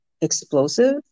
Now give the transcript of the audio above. explosive